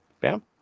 Bam